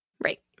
right